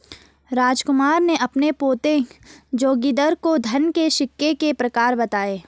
रामकुमार ने अपने पोते जोगिंदर को धन के सिक्के के प्रकार बताएं